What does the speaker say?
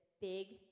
big